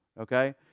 okay